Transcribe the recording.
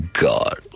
god